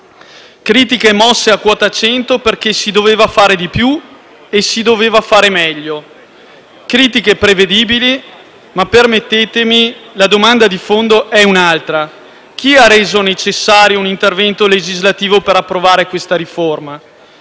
critiche mosse a quota 100 perché si doveva fare di più e si doveva fare meglio. Critiche prevedibili, ma - permettetemi - la domanda di fondo è un'altra: chi ha reso necessario un intervento legislativo per approvare questa riforma?